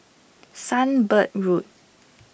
Sunbird Road